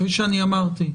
כפי שאמרתי,